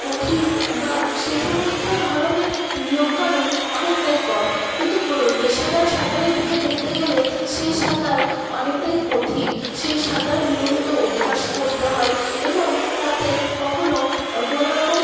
কঠিন বা সে সমস্ত ধরনের নিয়মকানুন অনেকটাই কম কিন্তু পেশাদার সাঁতারের দিকে দেখতে গেলে সেই সাঁতার অনেকটাই কঠিন সেই সাঁতার নিয়মিত অভ্যাস করতে হয় এবং তাতে কখনো কোনোরকম